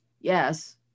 yes